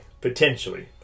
potentially